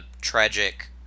tragic